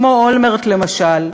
כמו אולמרט למשל,